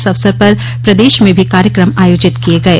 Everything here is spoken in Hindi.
इस अवसर पर प्रदेश में भी कार्यक्रम आयोजित किये गये